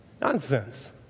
Nonsense